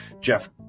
Jeff